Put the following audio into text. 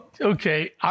Okay